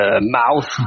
mouth